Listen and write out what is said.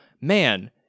man